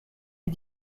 les